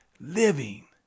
living